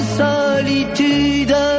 solitude